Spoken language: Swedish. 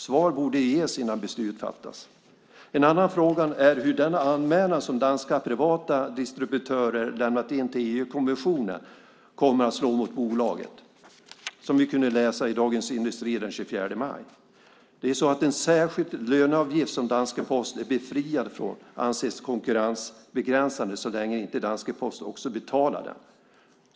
Svar borde ges innan beslut fattas. En annan fråga är hur den anmälan som danska privata distributörer lämnat in till EU-kommissionen kommer att slå mot bolaget. Det kunde vi läsa om i Dagens Industri den 24 maj. Den särskilda löneavgift som danska Posten är befriad från anses konkurrensbegränsande så länge man inte betalar den.